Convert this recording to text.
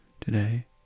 today